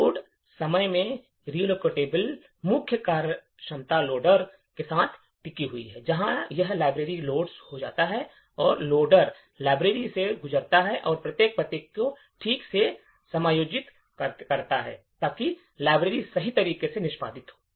load समय में relocatable मुख्य कार्यक्षमता लोडर के साथ टिकी हुई है जहां जब लाइब्रेरी लोड हो जाता है लोडर लाइब्रेरी से गुजरता है और प्रत्येक पते को ठीक से समायोजित करेगा ताकि लाइब्रेरी सही तरीके से निष्पादित हो